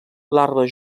larva